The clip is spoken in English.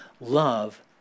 Love